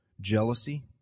jealousy